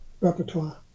repertoire